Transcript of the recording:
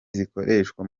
zikoreshwa